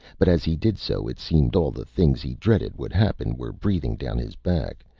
but as he did so, it seemed all the things he dreaded would happen were breathing down his back.